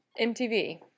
MTV